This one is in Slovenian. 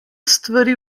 stvari